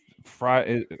Friday